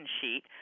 sheet